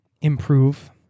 improve